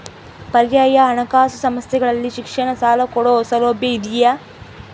ಪರ್ಯಾಯ ಹಣಕಾಸು ಸಂಸ್ಥೆಗಳಲ್ಲಿ ಶಿಕ್ಷಣ ಸಾಲ ಕೊಡೋ ಸೌಲಭ್ಯ ಇದಿಯಾ?